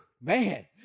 man